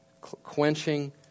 Quenching